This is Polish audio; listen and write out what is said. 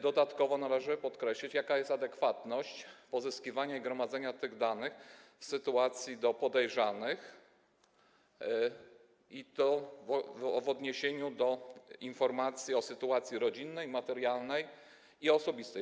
Dodatkowo należy podkreślić, jaka jest adekwatność pozyskiwania i gromadzenia tych danych do sytuacji podejrzanych i to w odniesieniu do informacji o sytuacji rodzinnej, materialnej i osobistej.